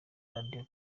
radio